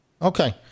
Okay